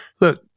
Look